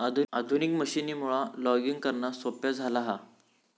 आधुनिक मशीनमुळा लॉगिंग करणा सोप्या झाला हा